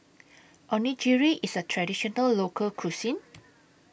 Onigiri IS A Traditional Local Cuisine